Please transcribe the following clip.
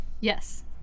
Yes